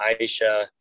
Aisha